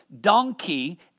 donkey